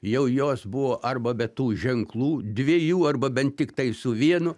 jau jos buvo arba be tų ženklų dviejų arba bent tiktai su vienu